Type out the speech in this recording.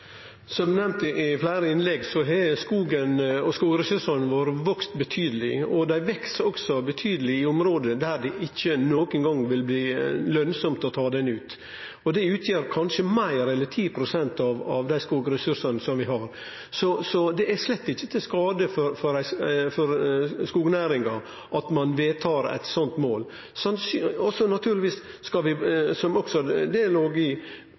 Som nemnt i fleire innlegg har skogen og skogressursane vakse betydeleg, og dei veks òg betydeleg i område der det ikkje nokon gong vil bli lønsamt å ta dei ut. Det utgjer kanskje meir enn 10 pst. av dei skogressursane som vi har. Det er slett ikkje til skade for skognæringa at ein vedtar eit slikt mål. Vi skal naturlegvis basere det på valfridom. Eg trur at vi i